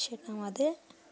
সেটা আমাদের